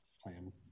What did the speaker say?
plan